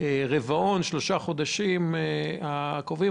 הרבעון הקרוב,